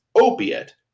Opiate